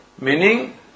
meaning